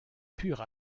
pure